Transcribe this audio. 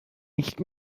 nicht